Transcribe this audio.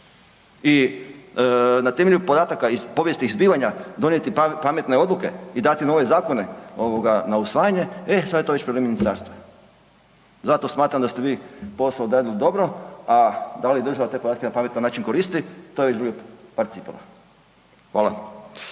i na temelju podataka i povijesnih zbivanja donijeti pametne odluke i dati nove zakone na usvajanje, e sada je to već problem ministarstva. Zato smatram da ste vi posao odradili dobro, a da li država te podatke na pametan način koristi, to je već drugi par cipela. Hvala.